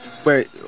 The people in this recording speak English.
Wait